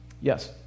Yes